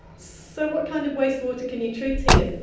so what kind of waste water can you treat here,